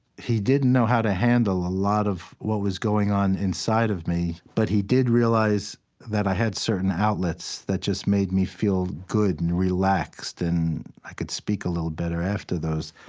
he didn't know how to handle a lot of what was going on inside of me, but he did realize that i had certain outlets that just made me feel good and relaxed, and i could speak a little better after those.